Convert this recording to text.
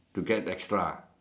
to get extra